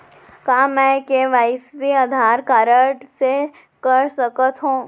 का मैं KYC Aadhaar card से कर सकत हो?